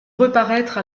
reparaître